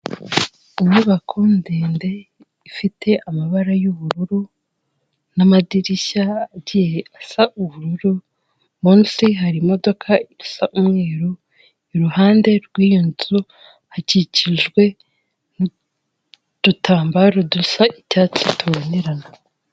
Inyubako ndende ifite amabara y'ubururu n'amadirishya agiye asa ubururu, munsi hari imodoka isa umweru, iruhande rw'iyo nzu hakikijwe n'udutambaro dusa icyatsi tubonerana.